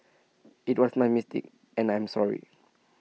IT was my mistake and I'm sorry